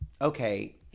okay